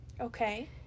Okay